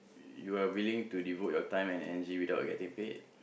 you are willing to devote your time and energy without getting paid